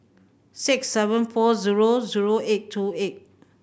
six seven four zero zero eight two eight